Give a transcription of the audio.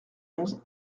onze